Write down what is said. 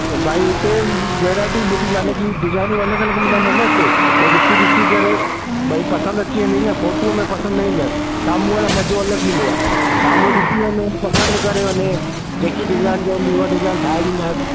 भई हिते वैराइटी बि डिज़ाइनूं अलॻि अलॻि मिलंदव न हिते भई ॾिसी ॾिसी करे भई पसंदि अची वेंदी न फोटू में पसंदि न ईंदसि साम्हूं जो मज़ो अलॻि ईंदो आहे साम्हूं ॾिसी वञे पसंदि करे वञे जेकी डिजाइन चवंदी उहा डिजाइन ठाहे ॾींदासीं